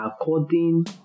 according